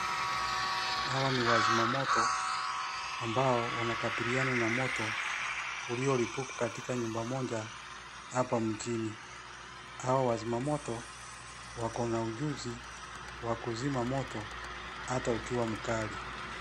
Hawa ni wazimamoto, ambao wanakabiliana na moto, uliolipuka katika nyumba moja, hapa mjini, hawa wazimamoto, wako na ujuzi, wa kuzima moto, ata ukiwa mkali.